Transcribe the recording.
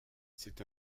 c’est